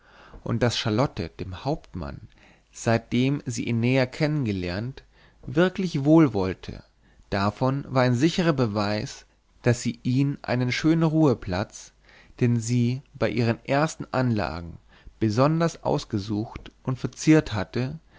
und daß charlotte dem hauptmann seitdem sie ihn näher kennengelernt wirklich wohlwollte davon war ein sicherer beweis daß sie ihn einen schönen ruheplatz den sie bei ihren ersten anlagen besonders ausgesucht und verziert hatte